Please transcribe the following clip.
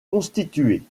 constitués